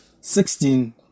Sixteen